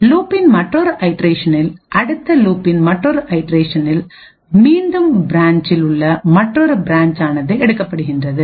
லூபின் மற்றொரு ஐட்ரேஷனில்அடுத்த லூபின் மற்றொரு ஐட்ரேஷனில் மீண்டும் பிரான்சில் உள்ள மற்றொரு பிரான்ச் ஆனது எடுக்கப்படுகிறது